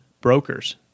broker's